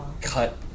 cut